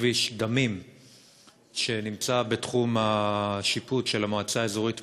כביש דמים שנמצא בתחום השיפוט של המועצה האזורית מגידו.